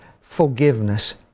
forgiveness